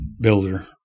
builder